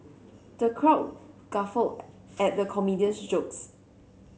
the crowd guffawed at the comedian's jokes